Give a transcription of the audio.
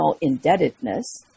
indebtedness